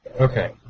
Okay